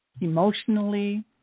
Emotionally